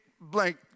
blank